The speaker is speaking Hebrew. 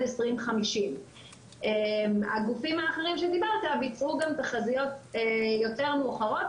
2050. הגופים האחרים שדיברת עליהם ביצעו גם תחזיות יותר מאוחרות,